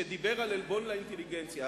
שדיבר על עלבון לאינטליגנציה.